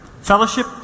fellowship